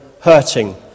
hurting